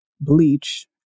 bleach